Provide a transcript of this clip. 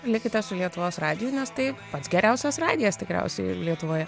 likite su lietuvos radiju nes tai pats geriausias radijas tikriausiai lietuvoje